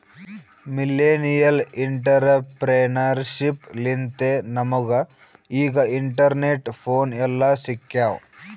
millennial entrepreneurship ಲಿಂತೆ ನಮುಗ ಈಗ ಇಂಟರ್ನೆಟ್, ಫೋನ್ ಎಲ್ಲಾ ಸಿಕ್ಯಾವ್